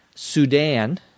Sudan